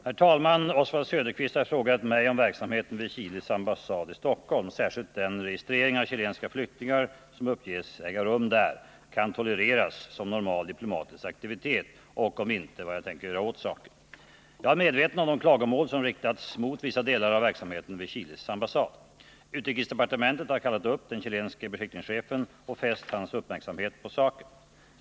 Herr talman! Oswald Söderqvist har frågat mig om verksamheten vid Chiles ambassad i Stockholm — särskilt den registrering av chilenska flyktingar som uppges äga rum där — kan tolereras som normal diplomatisk aktivitet och, om inte, vad jag tänker göra åt saken. Jag är medveten om de klagomål som riktats mot vissa delar av verksamheten vid Chiles ambassad. Utrikesdepartementet har kallat upp den chilenske beskickningschefen och fäst hans uppmärksamhet på saken.